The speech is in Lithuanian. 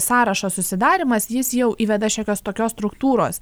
sąrašo susidarymas jis jau įveda šiokios tokios struktūros